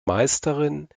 meisterin